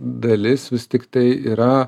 dalis vis tiktai yra